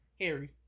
Harry